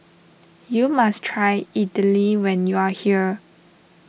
you must try Idili when you are here